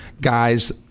guys